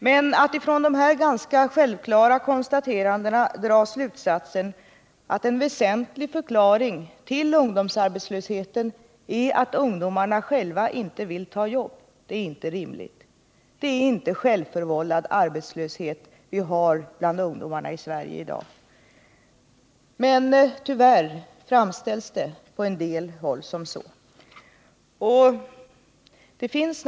Men att av de här ganska självklara konstaterandena dra slutsatsen att en väsentlig förklaring till ungdomsarbetslösheten är att ungdomarna själva inte vill ta jobb är inte rimligt. Det är inte självförvållad arbetslöshet vi har bland ungdomarna i dag. Men tyvärr framställs det på en del håll på det sättet.